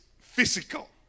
physical